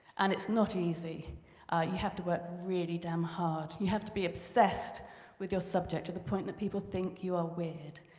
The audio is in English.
and it's not easy you have to work really damn hard, you have to be obsessed with your subject, to the point that people think you are weird.